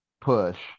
push